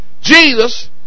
Jesus